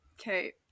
Okay